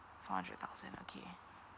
four hundred thousand okay